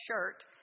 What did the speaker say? shirt